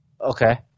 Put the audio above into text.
Okay